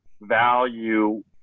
value